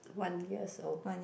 one years old